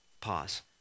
Pause